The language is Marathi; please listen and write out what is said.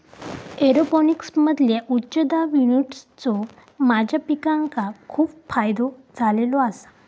एरोपोनिक्समधील्या उच्च दाब युनिट्सचो माझ्या पिकांका खूप फायदो झालेलो आसा